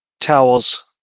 towels